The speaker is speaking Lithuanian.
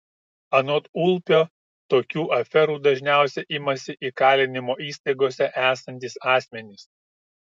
anot ulpio tokių aferų dažniausiai imasi įkalinimo įstaigose esantys asmenys